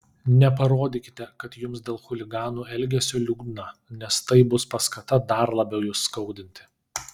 neparodykite kad jums dėl chuliganų elgesio liūdna nes tai bus paskata dar labiau jus skaudinti